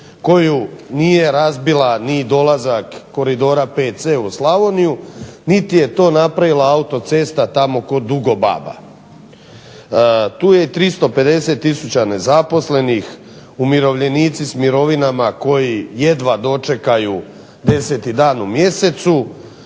koju nije razbila ni dolazak koridora 5C u Slavoniju, niti je to napravila autocesta tamo kod Dugobaba. Tu je 350 tisuća nezaposlenih, umirovljenici s mirovinama koji jedva dočekaju 10. dan u mjesecu,